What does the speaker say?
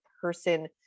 person